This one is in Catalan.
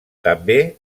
també